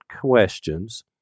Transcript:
questions